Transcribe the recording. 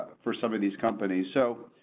for some of these companies. so.